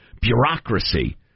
bureaucracy